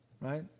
right